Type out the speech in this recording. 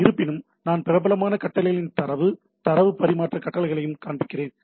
ஆனால் இருப்பினும் நான் பிரபலமான கட்டளைகளின் தரவு தரவு பரிமாற்ற கட்டளைகளையும் காண்பிக்கிறேன்